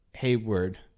Hayward